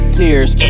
tears